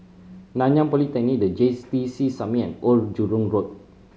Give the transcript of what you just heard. Nanyang Polytechnic The J T C Summit and Old Jurong Road